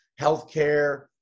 healthcare